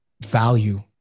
value